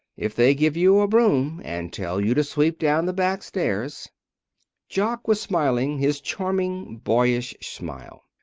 if they give you a broom and tell you to sweep down the back stairs jock was smiling his charming, boyish smile.